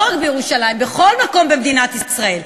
לא רק בירושלים, בכל מקום במדינת ישראל.